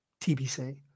TBC